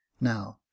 Now